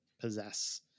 possess